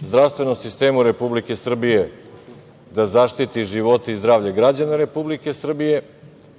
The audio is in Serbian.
zdravstvenom sistemu Republike Srbije da zaštiti živote i zdravlje građana Republike Srbije.